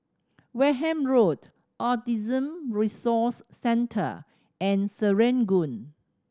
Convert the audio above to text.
Wareham Road Autism Resource Centre and Serangoon